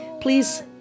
Please